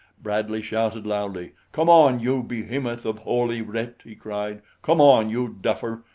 bradley shouted loudly. come on, you behemoth of holy writ! he cried. come on, you duffer!